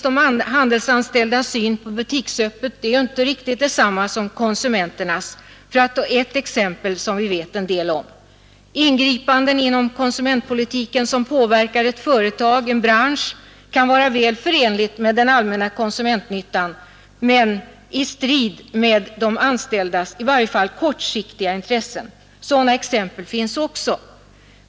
De handelsanställdas syn på butiksöppet är exempelvis inte riktigt densamma som konsumenternas, för att här ta ett exempel som vi vet en del om. Ingripanden inom konsumentpolitiken som påverkar ett företag eller en bransch kan också vara väl förenliga med den allmänna konsumentnyttan men stå i strid med de anställdas i varje fall kortsiktiga intressen. Sådana exempel finns också.